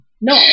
No